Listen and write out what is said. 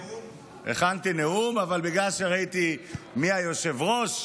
הכנתי נאום, אבל בגלל שראיתי מי היושב-ראש,